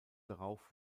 darauf